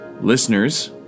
listeners